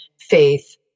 faith